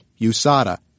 USADA